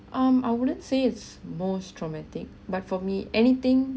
um I wouldn't say it's most traumatic but for me anything